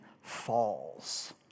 falls